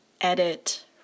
edit